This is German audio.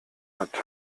hat